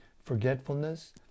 forgetfulness